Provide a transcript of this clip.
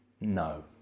No